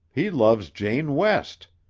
he loves jane west.